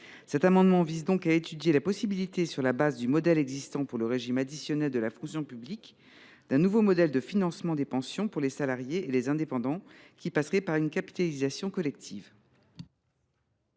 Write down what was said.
Cet amendement vise donc à étudier la possibilité, sur la base du modèle existant pour le régime additionnel de la fonction publique, d’un nouveau modèle de financement des pensions pour les salariés et les indépendants, qui passerait par une capitalisation collective.